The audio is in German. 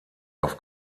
auf